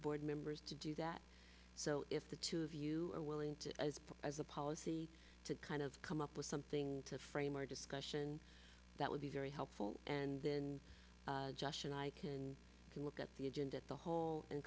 board members to do that so if the two of you are willing to as a policy to kind of come up with something to frame our discussion that would be very helpful and then just and i can look at the agent at the hole and